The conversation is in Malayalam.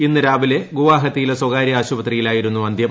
ഇന്ന് രാവിലെ ഗുവഹാത്തിയിലെ സ്വകാര്യ ആശുപത്രിയിലായിരുന്നു അന്തൃം